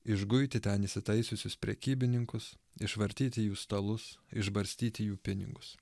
išguiti ten įsitaisiusius prekybininkus išvartyti jų stalus išbarstyti jų pinigus